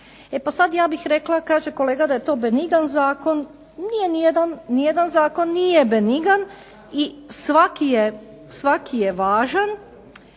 E pa sad ja bih rekla, kaže kolega da je to benigni zakon, nije nijedan, nijedan zakon nije benigni i svaki je važan,